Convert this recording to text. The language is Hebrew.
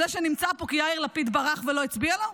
זה שנמצא פה כי יאיר לפיד ברח ולא הצביע לו,